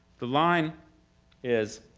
the line is,